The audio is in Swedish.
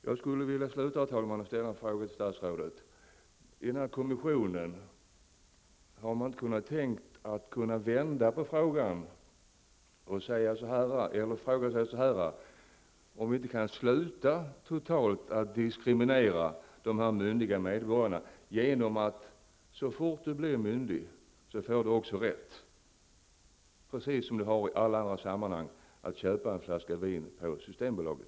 Jag vill avsluta med en fråga till statsrådet: Kan man inom denna kommission inte tänka sig att vända på saken och fråga sig om vi inte kan upphöra att diskriminera dessa myndiga medborgare genom att så fort de blivit myndiga ge dem rätt att -- precis som i alla andra sammanhang -- köpa en flaska vin på Systembolaget?